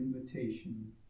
invitation